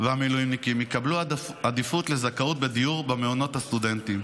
ומילואימניקים יקבלו עדיפות לזכאות בדיור במעונות הסטודנטים.